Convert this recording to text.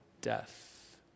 death